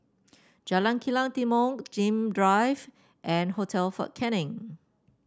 Jalan Kilang Timor Nim Drive and Hotel Fort Canning